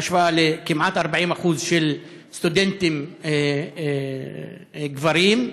בהשוואה ל-40% סטודנטים גברים.